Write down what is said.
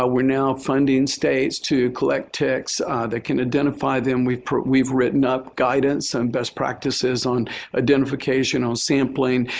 ah we're now funding states to collect ticks that can identify them. we've we've written up guidance and best practices on identification on sampling.